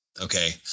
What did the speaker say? Okay